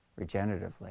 regeneratively